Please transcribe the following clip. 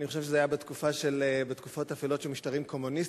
אני חושב שזה היה בתקופות אפלות של משטרים קומוניסטיים,